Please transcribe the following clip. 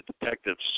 detectives